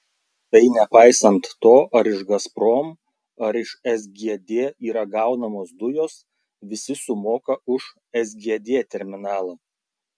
tai nepaisant to ar iš gazprom ar iš sgd yra gaunamos dujos visi sumoka už sgd terminalą